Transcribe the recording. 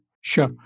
Sure